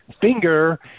Finger